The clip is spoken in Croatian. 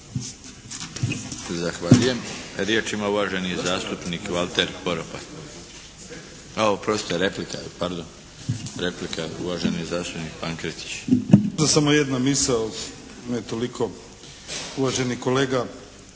Zahvaljujem. Riječ ima uvaženi zastupnik Valter Poropat. Oprostite, replika. Pardon. Replika, uvaženi zastupnik Pankretić. **Pankretić, Božidar (HSS)** Samo jedna misao ne toliko, uvaženi kolega